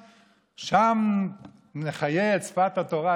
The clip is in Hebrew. ששם נחיה את שפת התורה,